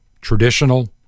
traditional